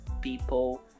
people